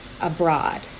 abroad